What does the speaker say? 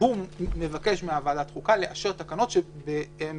מבקש מוועדת החוקה לאשר תקנות שהן